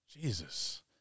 Jesus